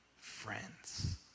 friends